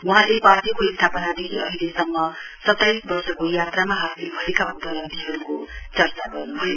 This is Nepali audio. वहाँले पार्टीको स्थापनादेखि अहिलेसम्म सत्ताइस वर्षको यात्रामा हासिल भएका उपलब्धीहरूको चर्चा गर्न् भयो